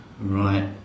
Right